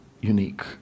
unique